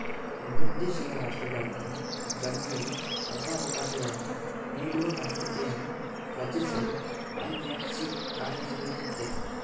ಅಭಿವೃದ್ಧಿ ಶೀಲ ರಾಷ್ಟ್ರಗಳಲ್ಲಿನ ಜನ್ರುಗೆ ಹೊಸ ಅವಕಾಶಗಳನ್ನು ನೀಡುವ ಮಾರುಕಟ್ಟೆಯನ್ನೂ ರಚಿಸಲು ಐ.ಎಫ್.ಸಿ ಕಾರ್ಯನಿರ್ವಹಿಸುತ್ತೆ